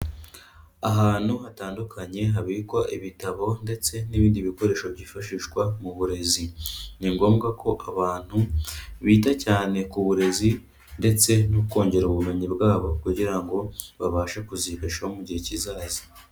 Ahantu hatandukanye habikwa ibitabo ndetse n'ibindi bikoresho byifashishwa mu burezi. Ni ngombwa ko abantu bita cyane ku burezi ndetse no kongera ubumenyi bwabo kugira ngo babashe kuzibeshaho mu gihe kizaza.